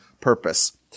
purpose